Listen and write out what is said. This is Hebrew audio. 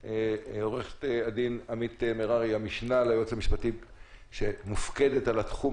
עורכת הדין עמית מררי המשנה ליועץ המשפטי שמופקדת על התחום